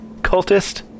cultist